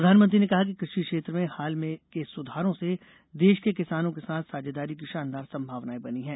प्रधानमंत्री ने कहा कि कृषि क्षेत्र में हाल के सुधारों से देश के किसानों के साथ साझेदारी की शानदार संभावनाएं बनी हैं